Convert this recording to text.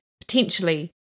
potentially